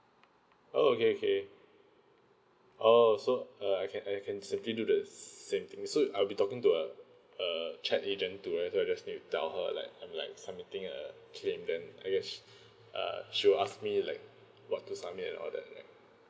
oh okay okay oh so uh I can I can simply do the same thing so I'll be talking to a uh check agent to where so I just need to tell her like I'm like submitting a claim then I guess uh sure ask me like what to submit and all that right